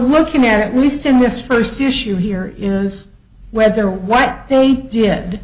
looking at least in this first issue here is whether what they did